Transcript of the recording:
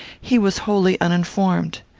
he was wholly uninformed.